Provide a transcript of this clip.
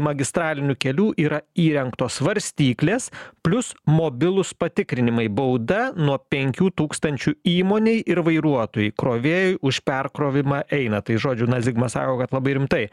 magistralinių kelių yra įrengtos svarstyklės plius mobilūs patikrinimai bauda nuo penkių tūkstančių įmonei ir vairuotojui krovėjui už perkrovimą eina tai žodžiu na zigmas sako kad labai rimtai